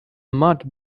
mud